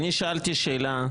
אני שאלתי שאלה,